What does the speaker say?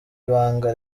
ibanga